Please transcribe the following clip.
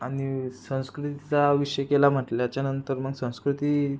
आणि संस्कृतीचा विषय केला म्हटलं त्याच्यानंतर मग संस्कृती